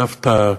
סבתא זהבה,